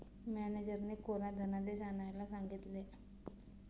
मॅनेजरने कोरा धनादेश आणायला सांगितले